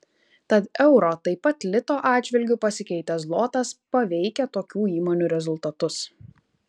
tad euro taip pat lito atžvilgiu pasikeitęs zlotas paveikia tokių įmonių rezultatus